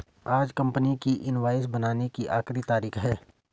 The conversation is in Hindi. आज कंपनी की इनवॉइस बनाने की आखिरी तारीख है